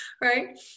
right